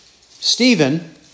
Stephen